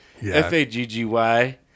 F-A-G-G-Y